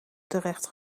terecht